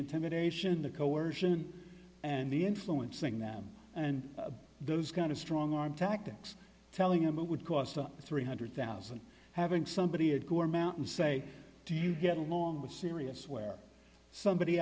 intimidation the coercion and the influencing them and those kind of strong arm tactics telling em it would cost three hundred thousand having somebody at core mountain say do you get along with serious where somebody